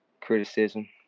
criticism